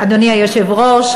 אדוני היושב-ראש,